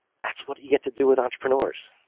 that's what you get to do with entrepreneurs.